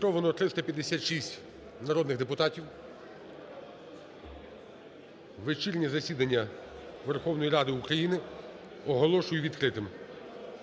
Зареєстровано 356 народних депутатів. Вечірнє засідання Верховної Ради України оголошую відкритим.